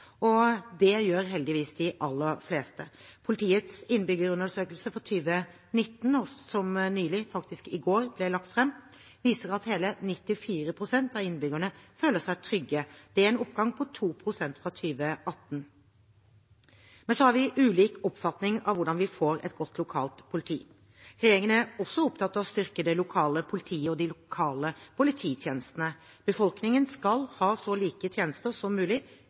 og det gjør heldigvis de aller fleste. Politiets innbyggerundersøkelse for 2019, som nylig – faktisk i går – ble lagt fram, viser at hele 94 pst. av innbyggerne føler seg trygge. Det er en oppgang på 2 prosentpoeng fra 2018. Men så har vi ulik oppfatning av hvordan vi får et godt lokalt politi. Regjeringen er også opptatt av å styrke det lokale politiet og de lokale polititjenestene. Befolkningen skal ha så like tjenester som mulig,